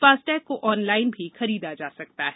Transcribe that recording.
FASTag को online भी खरीदा जा सकता है